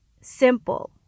simple